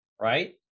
right